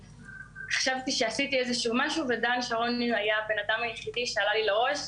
חשבתי שעשיתי משהו ודן שרוני היה האדם היחידי שעלה לי לראש,